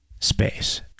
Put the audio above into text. Space